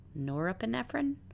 norepinephrine